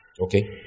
Okay